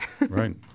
Right